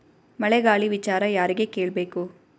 ಮಳೆ ಗಾಳಿ ವಿಚಾರ ಯಾರಿಗೆ ಕೇಳ್ ಬೇಕು?